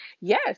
Yes